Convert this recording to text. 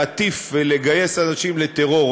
להטיף ולגייס אנשים לטרור,